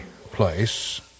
place